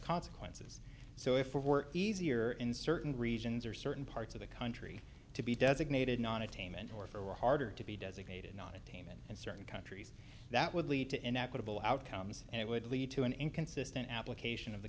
consequences so if it were easier in certain regions or certain parts of the country to be designated non attainment or for or harder to be designated non attainment in certain countries that would lead to an equitable outcomes and it would lead to an inconsistent application of the